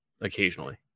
occasionally